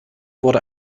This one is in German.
wurde